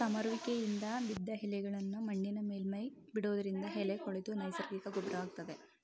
ಸಮರುವಿಕೆಯಿಂದ ಬಿದ್ದ್ ಎಲೆಗಳ್ನಾ ಮಣ್ಣಿನ ಮೇಲ್ಮೈಲಿ ಬಿಡೋದ್ರಿಂದ ಎಲೆ ಕೊಳೆತು ನೈಸರ್ಗಿಕ ಗೊಬ್ರ ಆಗ್ತದೆ